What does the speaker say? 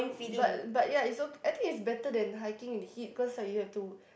um but but ya it's okay I think it's better than hiking in heat because like you have to